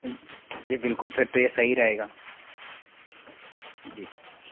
जी बिल्कुल फिर तो यह सही रहेगा जी